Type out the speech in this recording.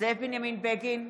זאב בנימין בגין,